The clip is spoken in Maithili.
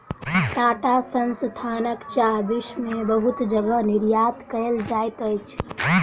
टाटा संस्थानक चाह विश्व में बहुत जगह निर्यात कयल जाइत अछि